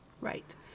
Right